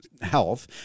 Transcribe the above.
health